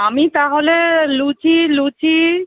আমি তাহলে লুচি লুচি